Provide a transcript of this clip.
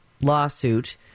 lawsuit